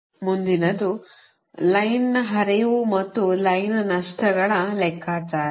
load flow ಅಧ್ಯಯನಗಳನ್ನು ಮಾಡಿ ಮುಂದುವರೆದ ಭಾಗ ಮುಂದಿನದು ಲೈನ್ನ ಹರಿವು ಮತ್ತು ಲೈನ್ನ ನಷ್ಟಗಳ ಲೆಕ್ಕಾಚಾರ